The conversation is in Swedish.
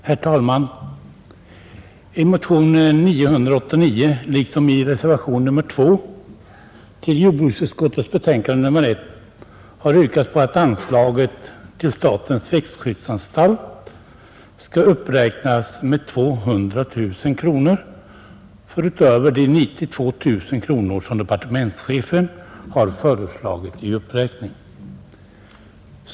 Herr talman! I motionen 989 liksom i reservationen 2 till jordbruksutskottets betänkande nr 1 har yrkats att anslaget till statens växtskyddsanstalt skall uppräknas med 200 000 kronor utöver de 92 000 kronor som departementschefen har föreslagit i uppräkning.